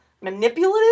manipulative